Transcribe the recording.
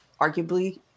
arguably